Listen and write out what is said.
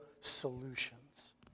solutions